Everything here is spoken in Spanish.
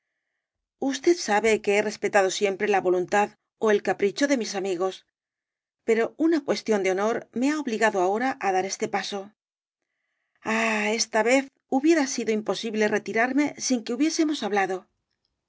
d sabe que he respetado siempre la voluntad ó el capricho de mis amigos pero una cuestión de honor me ha obligado ahora á dar este paso ah esta vez hubiera sido imposible retirarme sin que hubiésemos hablado